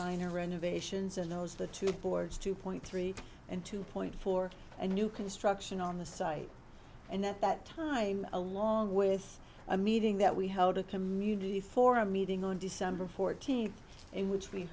minor renovations in those the two boards two point three and two point four and new construction on the site and at that time along with a meeting that we held a community forum meeting on december fourteenth in which